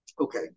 Okay